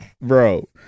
bro